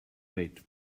wait